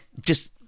just-